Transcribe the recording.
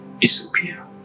disappear